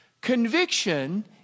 Conviction